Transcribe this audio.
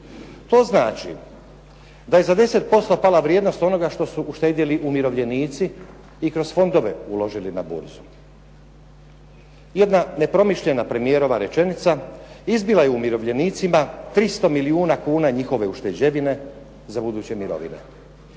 To znači da je 10% pala vrijednost onoga što su uštedjeli umirovljenici i kroz fondove uložili na burzu. Jedna nepromišljena premijerova rečenica izbila je umirovljenicima 300 milijuna kuna njihove ušteđevine za buduće mirovine.